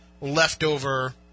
leftover